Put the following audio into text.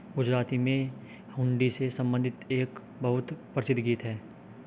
गुजराती में हुंडी से संबंधित एक बहुत प्रसिद्ध गीत हैं